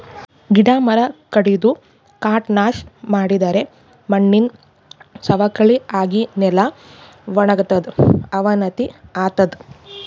ಗಿಡ ಮರ ಕಡದು ಕಾಡ್ ನಾಶ್ ಮಾಡಿದರೆ ಮಣ್ಣಿನ್ ಸವಕಳಿ ಆಗಿ ನೆಲ ವಣಗತದ್ ಅವನತಿ ಆತದ್